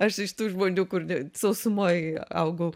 aš iš tų žmonių kurie sausumoj augau